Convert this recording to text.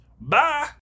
bye